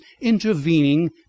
intervening